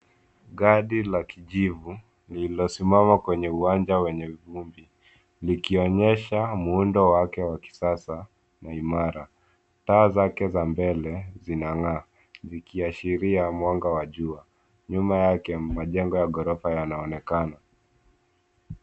Gari la kijivu lililosimama kwenye kiwanja wenye vumbi likionyesha muundo wake wa kisasa na imara. Taa zake za mbele zinang'aa, vikiashiria mwanga wa jua. Nyuma yake, majengow ya ghorofa yanaonekana.